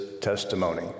testimony